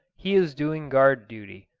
he is doing guard duty.